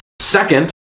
Second